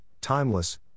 timeless